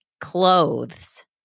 clothes